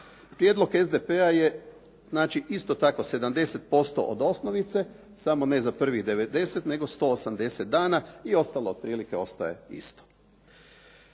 Prijedlog SDP-a je znači isto tako 70% od osnovice samo ne za prvih 90 nego 180 dana i ostalo otprilike ostaje isto.